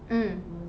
mm